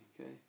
Okay